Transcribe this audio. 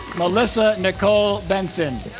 melissa nicole benson